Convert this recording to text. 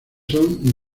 son